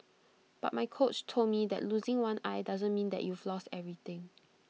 but my coach told me that losing one eye doesn't mean that you've lost everything